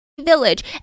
village